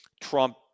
Trump